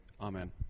Amen